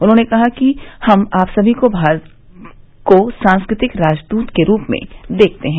उन्होंने कहा कि हम आप सभी को भारत को सांस्कृतिक राजदृत के रूप में देखते हैं